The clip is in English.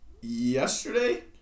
yesterday